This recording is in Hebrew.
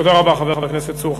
תודה רבה, חבר הכנסת צור.